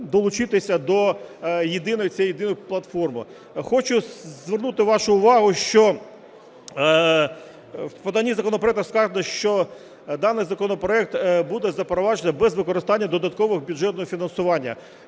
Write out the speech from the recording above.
долучитися до єдиної, цієї єдиної платформи. Хочу звернути вашу увагу, що в поданні законопроекту сказано, що даний законопроект буде запроваджено без використання додаткового бюджетного фінансування.